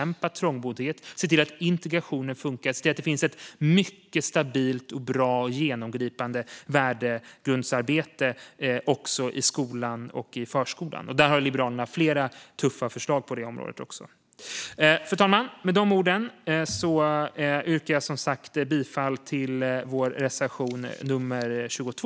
Det handlar om att se till att integrationen fungerar och att det finns ett mycket stabilt, bra och genomgripande värdegrundsarbete också i skolan och förskolan. På det området har Liberalerna flera tuffa förslag. Fru talman! Jag yrkar som sagt bifall till vår reservation nummer 22.